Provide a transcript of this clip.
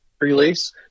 release